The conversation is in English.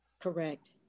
Correct